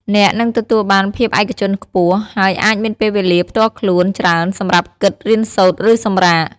អ្នកនឹងទទួលបាន ភាពឯកជនខ្ពស់ ហើយអាចមានពេលវេលាផ្ទាល់ខ្លួនច្រើនសម្រាប់គិត រៀនសូត្រ ឬសម្រាក។